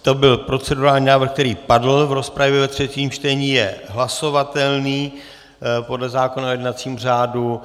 To byl procedurální návrh, který padl v rozpravě ve třetím čtení, je hlasovatelný podle zákona o jednacím řádu.